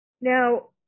now